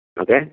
okay